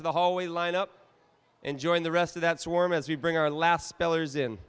to the hallway lined up and join the rest of that swarm as we bring our last spellers in